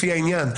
לפי העניין",